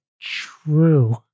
true